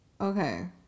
okay